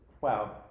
wow